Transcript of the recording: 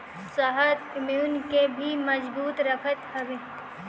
शहद इम्यून के भी मजबूत रखत हवे